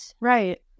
Right